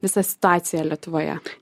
visą situaciją lietuvoje